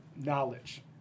knowledge